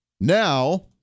Now